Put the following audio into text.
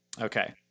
Okay